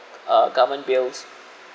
uh government bills